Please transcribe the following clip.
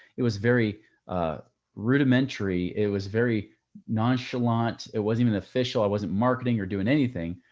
it was very ah rudimentary. it was very nonchalant. it wasn't even official. i wasn't marketing or doing anything.